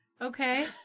Okay